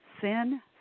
Sin